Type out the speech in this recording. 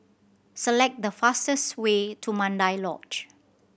select the fastest way to Mandai Lodge